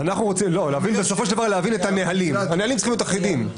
המחאה עולות כדי עבירת ההמרדה לא על פי תבחינים שלי .